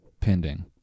pending